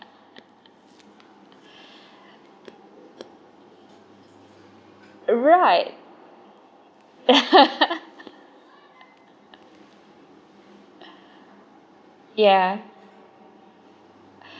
right ya